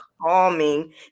calming